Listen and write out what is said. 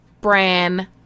Bran